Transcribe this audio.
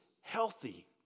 healthy